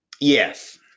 Yes